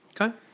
Okay